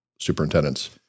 superintendents